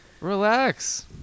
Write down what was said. Relax